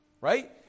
Right